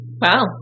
Wow